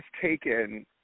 taken